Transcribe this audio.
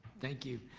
thank you.